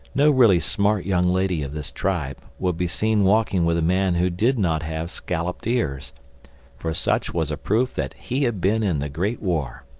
no really smart young lady of this tribe would be seen walking with a man who did not have scalloped ears for such was a proof that he had been in the great war.